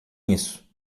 isso